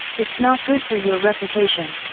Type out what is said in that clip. it's not good for your reputation?